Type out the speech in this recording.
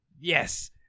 Yes